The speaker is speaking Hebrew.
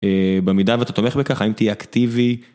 במידה ואתה תומך בכך אם תהיה אקטיבי...